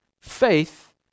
Faith